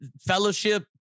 Fellowship